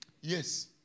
Yes